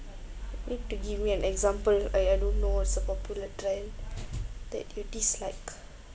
need to give me an example I I don't know what's the popular trend that you dislike